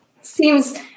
Seems